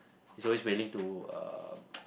he's always willing to uh